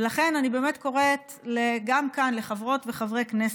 ולכן, אני באמת קוראת גם כאן לחברות וחברי הכנסת,